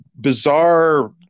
bizarre